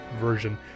version